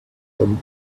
them